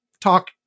talk